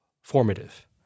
Formative